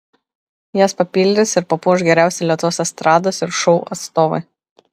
jas papildys ir papuoš geriausi lietuvos estrados ir šou atstovai